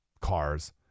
cars